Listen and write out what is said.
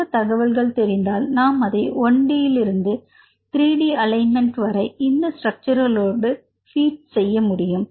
சில தகவல்கள் தெரிந்தால் நாம் அதை 1D இருந்து 3D அலைன்மெண்ட் வரை இந்த ஸ்ட்ரக்சர்களோடு பீட் செய்ய முடியும்